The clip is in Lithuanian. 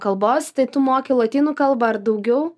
kalbos tai tu moki lotynų kalbą ar daugiau